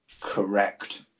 Correct